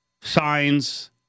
signs